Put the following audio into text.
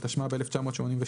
התשמ"ב-1982,